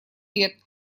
лет